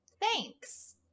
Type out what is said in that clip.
Thanks